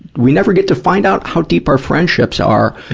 we never get to find out how deep our friendships are,